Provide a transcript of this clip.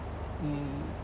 mm